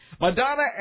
Madonna